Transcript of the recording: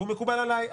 והוא מקובל עליי,